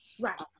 Right